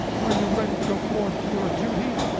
are you ready to go forth to your duty?